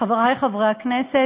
חברי חברי הכנסת,